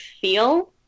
feel